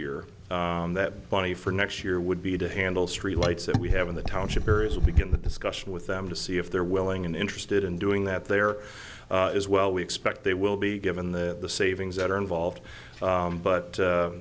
year that bonnie for next year would be to handle streetlights that we have in the township or as we get the discussion with them to see if they're willing and interested in doing that there is well we expect they will be given that the savings that are involved but